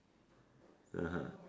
(uh huh)